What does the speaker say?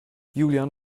julian